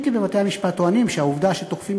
אם כי בבתי-המשפט טוענים שהעובדה שתוקפים